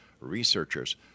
researchers